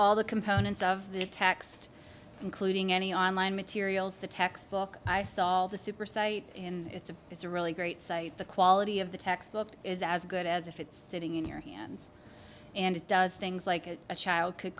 all the components of the text including any online materials the textbook i saw all the super site and it's a it's a really great site the quality of the textbook is as good as if it's sitting in your hands and it does things like a child could